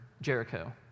Jericho